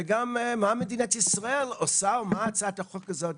וגם, מה מדינת ישראל עושה, או מה הצעת החוק הזאת